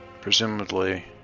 presumably